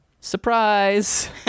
Surprise